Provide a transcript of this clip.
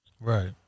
Right